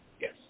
Yes